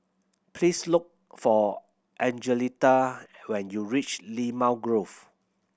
please look for Angelita when you reach Limau Grove